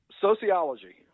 Sociology